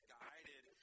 guided